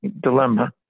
dilemma